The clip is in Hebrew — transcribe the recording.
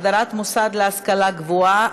הגדרת מוסד להשכלה גבוהה),